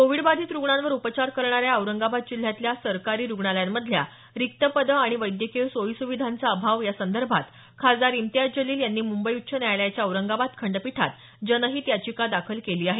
Covid बाधित रुग्णांवर उपचार करणाऱ्या औरंगाबाद जिल्ह्यातल्या सरकारी रुग्णालयांमधल्या रिक्त पदे आणि वैद्यकीय सोयीसुविधांचा अभाव यासंदर्भात खासदार इम्तियाज जलिल यांनी मुंबई उच्च न्यायालयाच्या औरंगाबाद खंडपीठात जनहित याचिका दाखल केली आहे